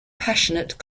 passionate